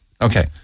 Okay